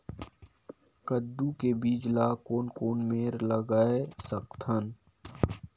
कददू के बीज ला कोन कोन मेर लगय सकथन?